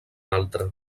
altra